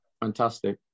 Fantastic